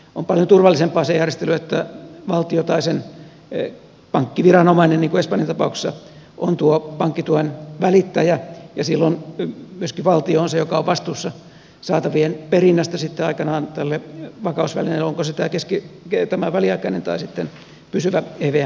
on paljon turvallisempi se järjestely että valtio tai sen pankkiviranomainen niin kuin espanjan tapauksessa on tuo pankkituen välittäjä ja silloin myöskin valtio on se joka on vastuussa saatavien perinnästä sitten aikanaan tälle vakausvälineelle on se sitten tämä väliaikainen tai pysyvä evm järjestelmässä